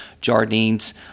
jardine's